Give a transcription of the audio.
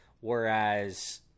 whereas